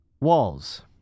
Walls